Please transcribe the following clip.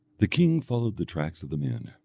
the king followed the tracks of the men,